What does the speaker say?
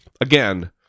again